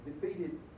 defeated